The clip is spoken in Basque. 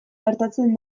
gertatzen